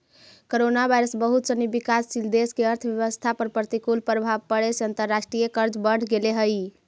coronavirus बहुत सनी विकासशील देश के अर्थव्यवस्था पर प्रतिकूल प्रभाव पड़े से अंतर्राष्ट्रीय कर्ज बढ़ गेले हई